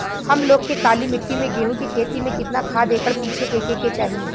हम लोग के काली मिट्टी में गेहूँ के खेती में कितना खाद एकड़ पीछे फेके के चाही?